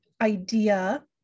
idea